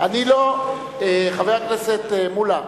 חבר הכנסת מולה,